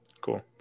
Cool